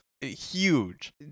huge